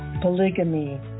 polygamy